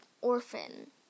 orphan